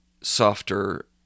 softer